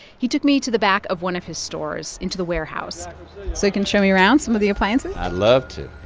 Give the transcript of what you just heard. he took me to the back of one of his stores into the warehouse so you can show me around some of the appliances? i'd love to,